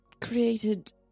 created